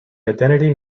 identity